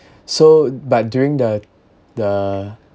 so but during the the